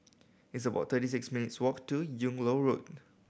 it's about thirty six minutes' walk to Yung Loh Road